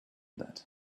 that